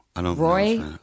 Roy